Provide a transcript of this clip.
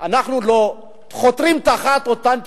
האם אנחנו לא חותרים תחת אותן פסיקות,